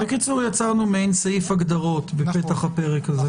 יצרנו סעיף הגדרות בפתח הפרק הזה.